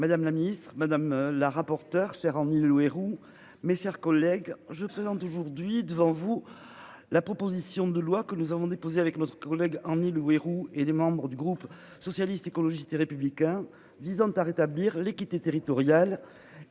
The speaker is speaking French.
Madame la Ministre Madame la rapporteure chers en 1000 Houerou. Mes chers collègues je présente aujourd'hui devant vous. La proposition de loi que nous avons déposé avec notre collègue en 1000 Houerou et des membres du groupe socialiste, écologiste et républicain visant à rétablir l'équité territoriale.